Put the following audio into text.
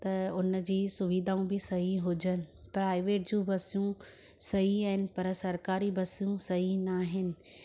त उन जी सुविधाऊं बि सही हुजनि प्राइवेट जूं बसूं सही आहिनि पर सरकारी बसूं सही न आहिनि